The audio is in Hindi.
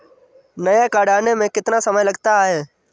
नया कार्ड आने में कितना समय लगता है?